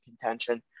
contention